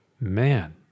Man